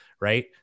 right